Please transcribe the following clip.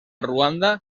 ruanda